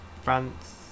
France